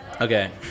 Okay